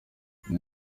iyo